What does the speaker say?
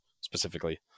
specifically